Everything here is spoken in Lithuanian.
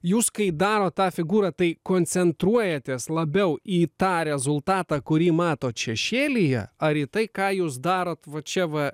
jūs kai darot tą figūrą tai koncentruojatės labiau į tą rezultatą kurį matot šešėlyje ar į tai ką jūs darot va čia va